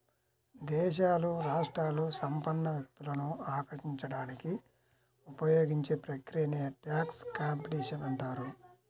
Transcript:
దేశాలు, రాష్ట్రాలు సంపన్న వ్యక్తులను ఆకర్షించడానికి ఉపయోగించే ప్రక్రియనే ట్యాక్స్ కాంపిటీషన్ అంటారు